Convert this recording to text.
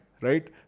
Right